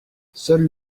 seul